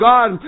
God